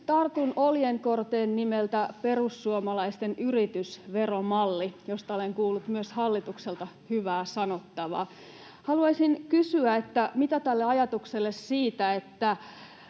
Tartun oljenkorteen nimeltä perussuomalaisten yritysveromalli, josta olen kuullut myös hallitukselta hyvää sanottavaa. Haluaisin kysyä: Mitä kuuluu ajatukselle siitä,